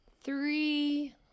Three